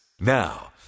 Now